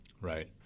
Right